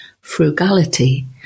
frugality